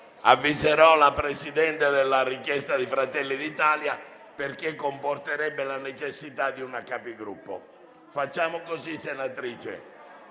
Avviserò la Presidente della richiesta di Fratelli d'Italia, perché comporterebbe la necessità di una Capigruppo. Facciamo nel